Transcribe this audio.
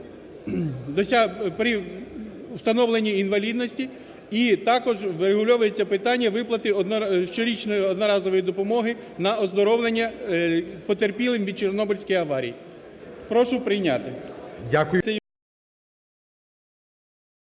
при встановленні інвалідності і також врегульовується питання виплати щорічної одноразової допомоги на оздоровлення потерпілим від Чорнобильської аварії. Прошу прийняти.